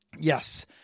Yes